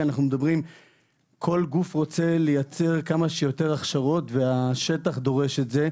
אנחנו מדברים כל גוף רוצה לייצר כמה שיותר הכשרות והשטח דורש את זה.